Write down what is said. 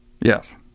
Yes